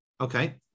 Okay